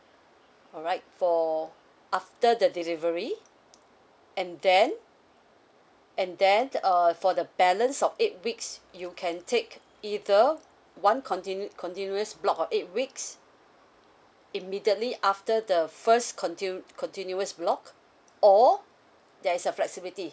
alright for after the delivery and then and then uh for the balance of eight weeks you can take either one continue~ continuous block of eight weeks immediately after the first conti~ continuous block or there's a flexibility